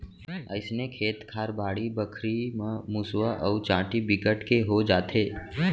अइसने खेत खार, बाड़ी बखरी म मुसवा अउ चाटी बिकट के हो जाथे